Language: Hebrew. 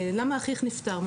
למה אחיך נפטר?